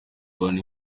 guhana